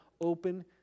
open